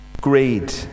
greed